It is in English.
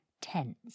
tense